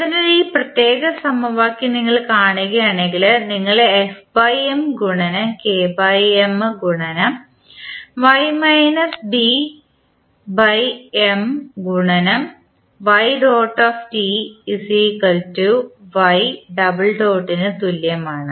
അതിനാൽ ഈ പ്രത്യേക സമവാക്യം നിങ്ങൾ കാണുകയാണെങ്കിൽ നിങ്ങൾ fM ഗുണനം KM ഗുണനം M ഗുണനം തുല്യമാണ്